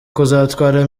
kuzatwara